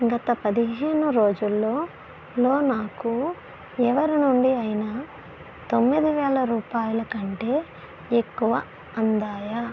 గత పదిహేను రోజుల్లో లో నాకు ఎవరి నుండి అయినా తొమ్మిది వేల రూపాయల కంటే ఎక్కువ అందాయా